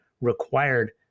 required